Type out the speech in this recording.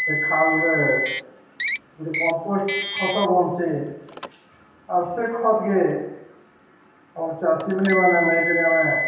ସେ ଖାଲ୍ରେ ଗୁଟେ କମ୍ପୋଷ୍ଟ୍ ଖତ ବନାସି ଆର୍ ସେ ଖତ୍କେ ଆମର୍ ଚାଷୀ ଭାଇମାନେ ନେଇକରି ଆମେ